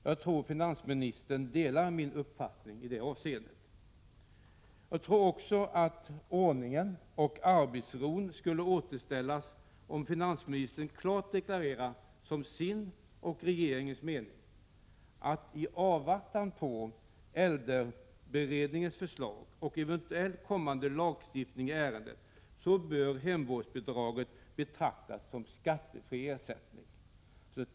Jag tror att finansministern delar min uppfattning i det avseendet. Jag tror också att ordningen och arbetsron skulle återställas om finansministern klart deklarerade som sin och regeringens mening, att i avvaktan på äldreberedningens förslag och eventuellt kommande lagstiftning i ärendet bör hemvårdsbidraget betraktas som en skattefri ersättning.